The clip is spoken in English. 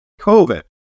COVID